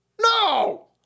No